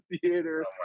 theater